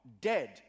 Dead